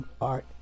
art